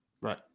right